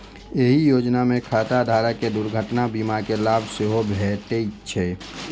एहि योजना मे खाता धारक कें दुर्घटना बीमा के लाभ सेहो भेटै छै